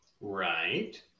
Right